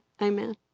amen